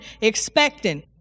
expecting